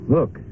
Look